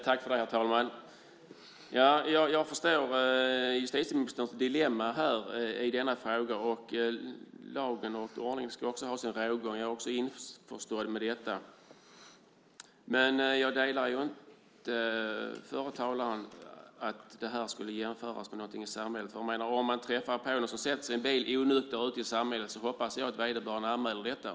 Herr talman! Jag förstår justitieministerns dilemma i denna fråga. Lagen och ordningen ska ha sin rågång. Jag är också införstådd med detta. Jag delar inte uppfattningen hos den förre talaren att detta skulle jämföras med någonting i samhället. Om det är någon som träffar på någon som sätter sig i sin bil onykter i samhället hoppas jag att vederbörande anmäler detta.